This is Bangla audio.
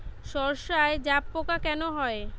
সর্ষায় জাবপোকা কেন হয়?